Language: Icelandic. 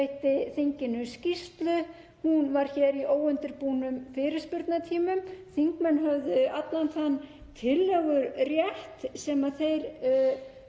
Hún var hér í óundirbúnum fyrirspurnatímum og þingmenn höfðu allan þann tillögurétt sem þeir